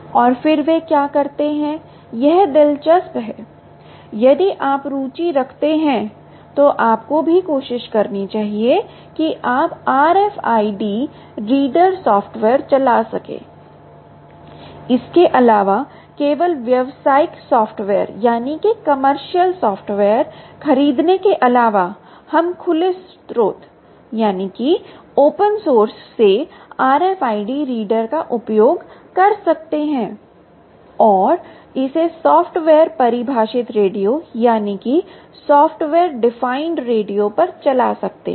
और फिर वे क्या करते हैं यह दिलचस्प है यदि आप रुचि रखते हैं तो आपको भी कोशिश करनी चाहिए कि आप RFID रीडर सॉफ्टवेयर चला सकें इसके अलावा केवल व्यावसायिक सॉफ्टवेयर खरीदने के अलावा हम खुले स्रोत से RFID रीडर का उपयोग कर सकते हैं और इसे सॉफ्टवेयर परिभाषित रेडियो पर चला सकते हैं